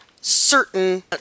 certain